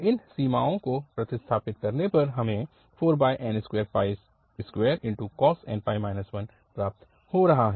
इन सीमाओं को प्रतिस्थापित करने पर हमें 4n22cos nπ 1 प्राप्त हो रहा है